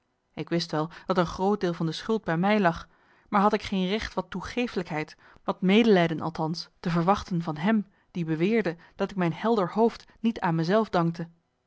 ik wist wel dat een groot deel van de schuld bij mij lag maar had ik geen marcellus emants een nagelaten bekentenis recht wat toegeeflijkheid wat medelijden althans te verwachten van hem die beweerde dat ik mijn helder hoofd niet aan mezelf dankte